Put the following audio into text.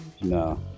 no